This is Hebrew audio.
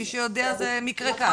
מי שיודע זה מקרה קל.